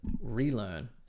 relearn